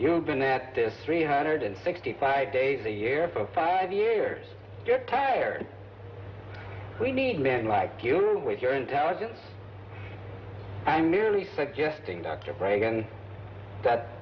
you've been at this three hundred sixty five days a year for five years get tired we need men like you with your intelligence i'm merely suggesting dr breggin that